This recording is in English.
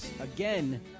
again